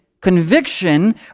conviction